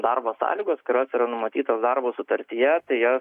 darbo sąlygos kurios yra numatytos darbo sutartyje tai jos